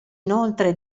inoltre